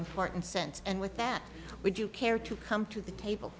important sense and with that would you care to come to the table